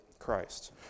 Christ